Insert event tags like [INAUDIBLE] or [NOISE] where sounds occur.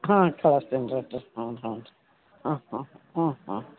ಹ್ಞೂ ಕಳಸ್ತೀನಿ ರಿ [UNINTELLIGIBLE] ಹ್ಞೂ ಹ್ಞೂ ರಿ ಹ್ಞೂ ಹ್ಞೂ ಹ್ಞೂ ಹ್ಞೂ